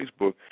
Facebook